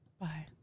Bye